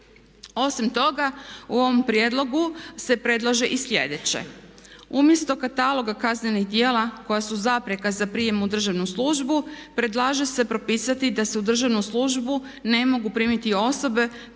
Osim toga u ovom prijedlogu se predlaže i sljedeće. Umjesto kataloga kaznenih djela koja su zapreka za prijem u državnu službu predlaže se propisati da se u državnu službu ne mogu primiti osobe